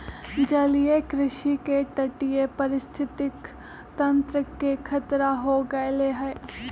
जलीय कृषि से तटीय पारिस्थितिक तंत्र के खतरा हो गैले है